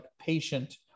patient